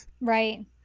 right